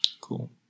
Cool